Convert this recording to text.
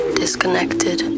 disconnected